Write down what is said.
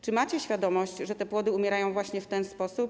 Czy macie świadomość, że te płody umierają właśnie w ten sposób?